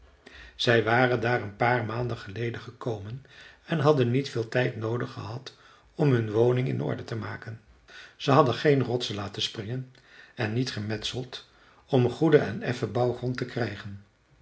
zij waren daar een paar maanden geleden gekomen en hadden niet veel tijd noodig gehad om hun woning in orde te maken ze hadden geen rotsen laten springen en niet gemetseld om goeden en effen bouwgrond te krijgen